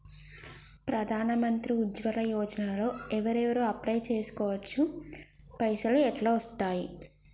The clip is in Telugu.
ప్రధాన మంత్రి ఉజ్వల్ యోజన లో ఎవరెవరు అప్లయ్ చేస్కోవచ్చు? పైసల్ ఎట్లస్తయి?